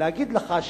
להגיד לך,